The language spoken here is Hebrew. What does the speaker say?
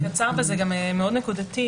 זה מאוד נקודתי